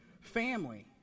family